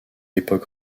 époque